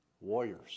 warriors